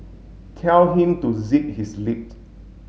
tell him to zip his lip